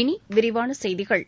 இனி விரிவான செய்திகள்